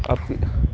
अपि